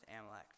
Amalek